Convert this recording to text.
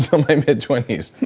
so my mid twenty s.